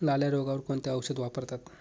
लाल्या रोगावर कोणते औषध वापरतात?